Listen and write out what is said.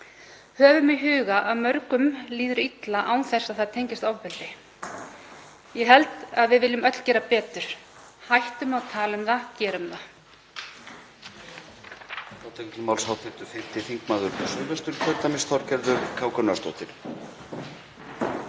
Höfum í huga að mörgum líður illa án þess að það tengist ofbeldi. Ég held að við viljum öll gera betur. Hættum að tala um það. Gerum við